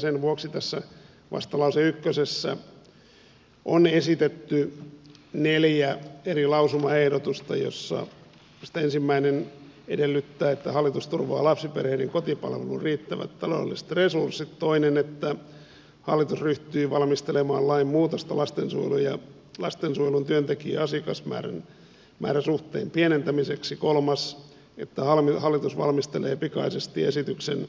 sen vuoksi tässä vastalause ykkösessä on esitetty neljä eri lausumaehdotusta joista ensimmäinen edellyttää että hallitus turvaa lapsiperheiden kotipalvelun riittävät taloudelliset resurssit toinen että hallitus ryhtyy valmistelemaan lainmuutosta lastensuojelun työntekijä ja asiakasmäärän suhteen pienentämiseksi kolmas että hallitus valmistelee pikaisesti esityksen